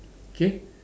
K